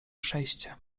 przejście